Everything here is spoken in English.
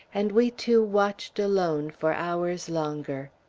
and we two watched alone for hours longer.